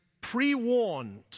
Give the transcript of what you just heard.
pre-warned